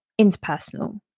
interpersonal